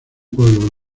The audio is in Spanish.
pueblo